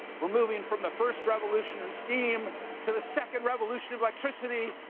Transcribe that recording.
we're moving from the first revolution in steam to the second revolution of electricity,